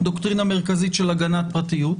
זו דוקטרינה מרכזית של הגנת פרטיות.